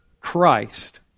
Christ